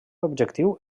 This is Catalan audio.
objectiu